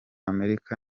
amerika